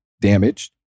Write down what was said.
damaged